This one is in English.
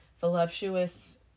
voluptuous